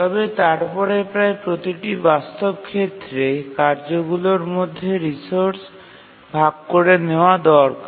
তবে তারপরে প্রায় প্রতিটি বাস্তব ক্ষেত্রে কার্যগুলির জন্য রিসোর্স ভাগ করে নেওয়া দরকার